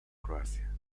croacia